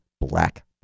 black